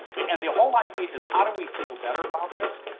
and the whole idea is, how do we feel better about this?